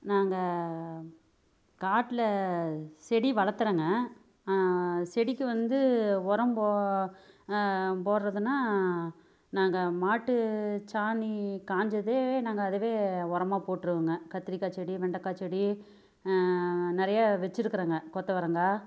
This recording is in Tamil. நாங்கள் காட்டில செடி வளர்த்துறேங்க செடிக்கு வந்து உரம் போ போடுறதுன்னா நாங்கள் மாட்டுச்சாணி காஞ்சதையவே நாங்கள் அதுவே ஒரமாக போட்டுடுவேங்க கத்தரிக்கா செடி வெண்டக்காய் செடி நிறைய வச்சிருக்குறேங்க கொத்தவரங்காய்